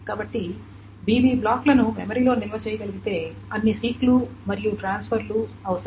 కాబట్టి bb బ్లాక్లను మెమరీలో నిల్వ చేయగలిగితే అన్ని సీక్ లు మరియు ట్రాన్స్ఫర్ లు అవసరం